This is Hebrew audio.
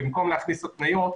כאשר במקום להכניס התניות,